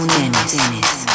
Dennis